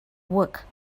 work